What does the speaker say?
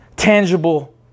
tangible